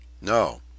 no